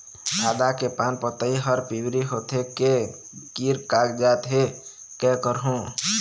आदा के पान पतई हर पिवरी होथे के गिर कागजात हे, कै करहूं?